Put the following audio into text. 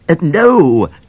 no